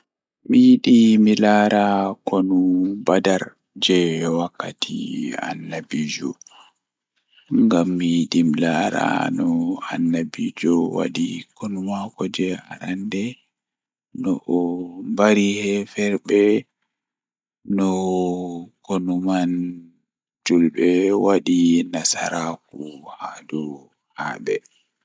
Mi yidi mi laara kunu badar jei wakkati annabiijo ngam yidi milaa noannabiijo wadi konu maako jei arande no o mbari heferbe no konu mai julbe wadi nasaraaku haadow haabe.